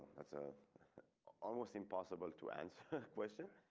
ah almost impossible to answer question.